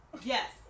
Yes